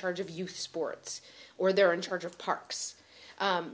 charge of youth sports or they're in charge of parks